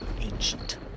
ancient